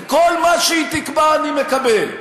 וכל מה שהיא תקבע, אני מקבל.